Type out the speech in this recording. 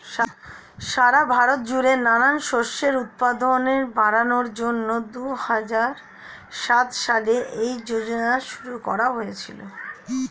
সারা ভারত জুড়ে নানান শস্যের উৎপাদন বাড়ানোর জন্যে দুহাজার সাত সালে এই যোজনা শুরু করা হয়েছিল